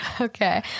Okay